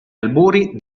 albori